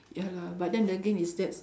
ya lah but then again is that's